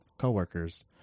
coworkers